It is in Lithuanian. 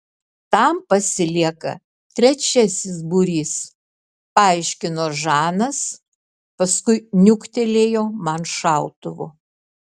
tam pasilieka trečiasis būrys paaiškino žanas paskui niuktelėjo man šautuvu